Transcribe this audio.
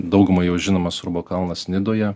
daugumai jau žinomas urbo kalnas nidoje